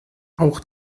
auch